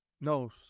no